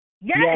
Yes